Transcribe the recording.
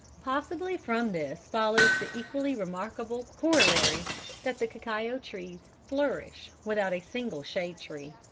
possibly from this follows the equally remarkable corollary that the cacao trees flourish without a single shade tree.